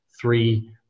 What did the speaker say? three